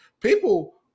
people